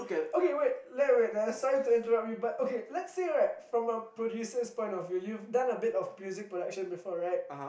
okay wait sorry to interrupt you let say from a producers point of view you've done a bit of music production before right